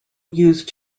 use